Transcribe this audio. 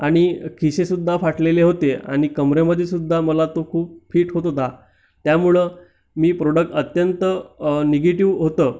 आणि खिसे सुद्धा फाटलेले होते आणि कमरेमध्ये सुद्धा मला तो खूप फिट होत होता त्यामुळं मी प्रोडक्ट अत्यंत निगेटिव्ह होतं